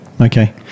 Okay